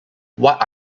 what